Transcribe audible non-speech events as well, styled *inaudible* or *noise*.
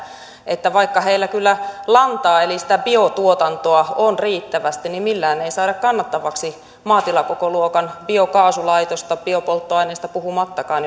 että vaikka heillä kyllä lantaa eli sitä biotuotantoa on riittävästi niin millään ei saada kannattavaksi maatilakokoluokan biokaasulaitosta biopolttoaineesta puhumattakaan *unintelligible*